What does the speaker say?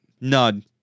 none